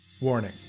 Warning